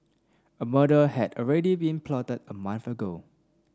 a murder had already been plotted a month ago